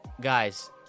Guys